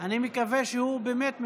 אני מקווה שהוא באמת מתנגד,